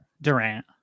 Durant